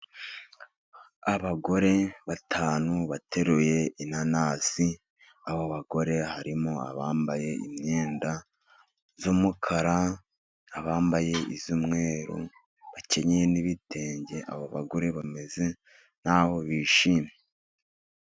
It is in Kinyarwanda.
Abagore batanu bateruye inanasi. Abo bagore harimo abambaye imyenda y'umukara, abambaye iy'umweru bakenyeye n'ibitenge, abo bagore bameze nk'aho bishimye.